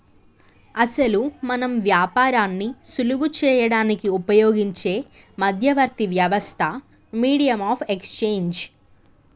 అసలు మనం వ్యాపారాన్ని సులువు చేయడానికి ఉపయోగించే మధ్యవర్తి వ్యవస్థ మీడియం ఆఫ్ ఎక్స్చేంజ్